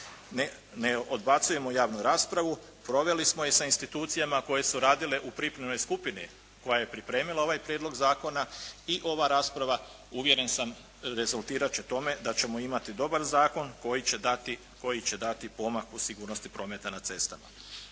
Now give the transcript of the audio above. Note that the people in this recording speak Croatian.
Ne odbacujemo javnu raspravu, proveli smo je sa institucijama koje su radile u pripremnoj skupini koja je pripremila ovaj prijedlog zakona i ova rasprava uvjeren sam rezultirat će tome da ćemo imati dobar zakon koji će dati pomak u sigurnosti prometa na cestama.